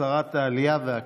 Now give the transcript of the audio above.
שרת העלייה והקליטה.